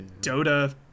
dota